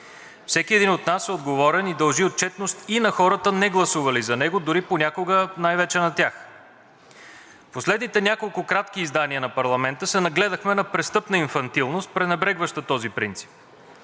Всеки един от нас е отговорен и дължи отчетност и на хората, негласували за него, а понякога дори най-вече на тях. В последните няколко кратки издания на парламента се нагледахме на престъпна инфантилност, пренебрегваща този принцип.